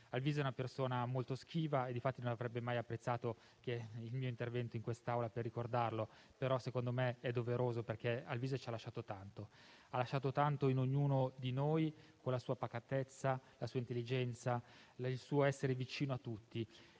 Alvise era una persona molto schiva e infatti non avrebbe mai apprezzato il mio intervento in quest'Aula per ricordarlo, però secondo me è doveroso perché Alvise ha lasciato tanto in ognuno di noi con la sua pacatezza, la sua intelligenza e il suo essere vicino a tutti.